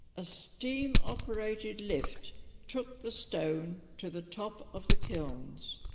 a steam-operated lift took the stone to the top of the kilns